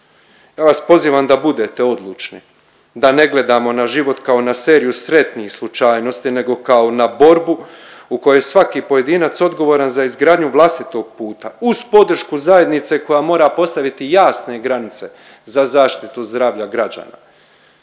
Ja vas pozivam da budete odlučni, da ne gledamo na život kao na seriju sretnih slučajnosti nego kao na borbu u kojoj je svaki pojedinac odgovoran za izgradnju vlastitog puta uz podršku zajednice koja mora postaviti jasne granice za zaštitu zdravlja građana.